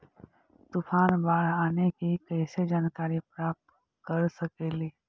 तूफान, बाढ़ आने की कैसे जानकारी प्राप्त कर सकेली?